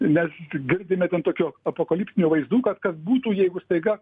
nes girdime ten tokių apokaliptinių vaizdų kad kas būtų jeigu staiga